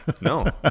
No